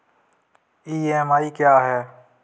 EMI क्या है?